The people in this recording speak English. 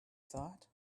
thought